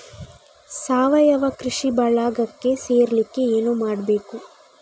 ಸಾವಯವ ಕೃಷಿ ಬಳಗಕ್ಕೆ ಸೇರ್ಲಿಕ್ಕೆ ಏನು ಮಾಡ್ಬೇಕು?